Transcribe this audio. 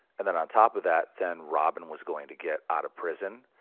and then on top of that, then robin was going to get out of prison.